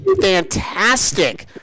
fantastic